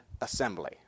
assembly